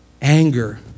Anger